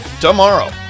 tomorrow